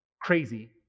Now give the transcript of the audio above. Crazy